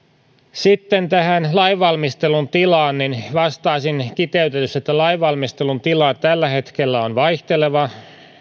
sitten tähän lainvalmistelun tilaan vastaisin kiteytetysti että lainvalmistelun tila tällä hetkellä on vaihteleva